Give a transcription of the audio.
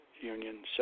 Union